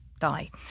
die